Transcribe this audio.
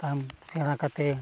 ᱛᱟᱭᱚᱢ ᱥᱮᱬᱟ ᱠᱟᱛᱮᱫ